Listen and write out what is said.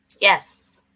Yes